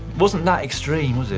wasn't that extreme, was it?